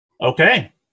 Okay